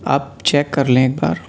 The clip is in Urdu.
آپ چیک کرلیں ایک بار